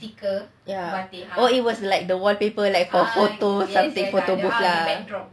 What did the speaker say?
it was like the wallpaper like for photos photo booth lah